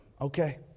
okay